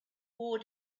war